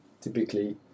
typically